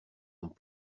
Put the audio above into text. ont